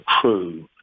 true